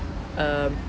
um